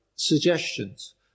Suggestions